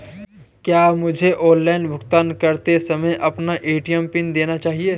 क्या मुझे ऑनलाइन भुगतान करते समय अपना ए.टी.एम पिन देना चाहिए?